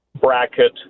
bracket